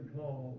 call